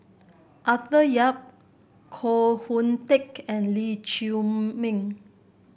Arthur Yap Koh Hoon Teck and Lee Chiaw Meng